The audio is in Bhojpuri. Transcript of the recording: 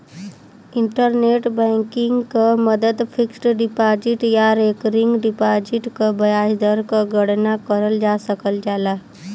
इंटरनेट बैंकिंग क मदद फिक्स्ड डिपाजिट या रेकरिंग डिपाजिट क ब्याज दर क गणना करल जा सकल जाला